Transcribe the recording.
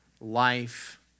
life